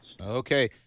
Okay